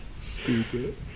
Stupid